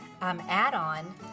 add-on